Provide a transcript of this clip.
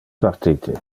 partite